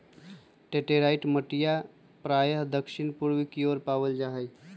laterite मटिया प्रायः दक्षिण पूर्व के ओर पावल जाहई